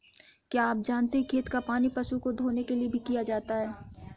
क्या आप जानते है खेत का पानी पशु को धोने के लिए भी किया जाता है?